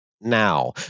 now